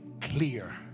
clear